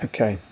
Okay